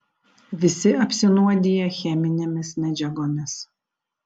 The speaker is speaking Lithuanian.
visi apsinuodiję cheminėmis medžiagomis